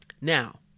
Now